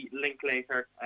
Linklater